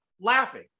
laughing